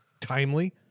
timely